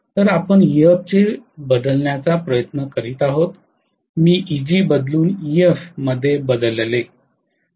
तर आपण Ef चे बदलण्याचा प्रयत्न करीत आहोत मी Eg बदलून Ef मध्ये बदलले